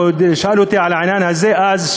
כשהוא שאל אותי על העניין הזה אז,